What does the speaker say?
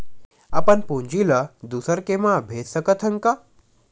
अपन पूंजी ला दुसर के मा भेज सकत हन का?